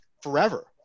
forever